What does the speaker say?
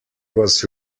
was